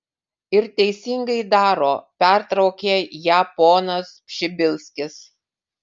ir teisingai daro pertraukė ją ponas pšibilskis